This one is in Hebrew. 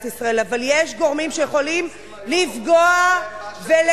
ישראל אבל יש גורמים שיכולים לפגוע ולאכוף,